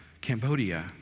Cambodia